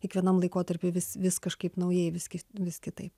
kiekvienam laikotarpiui vis vis kažkaip naujai vis ki vis kitaip